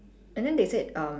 and then they said uh